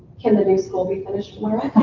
can the new school be finished tomorrow?